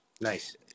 Nice